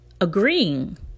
agreeing